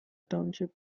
township